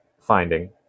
Finding